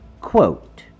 Quote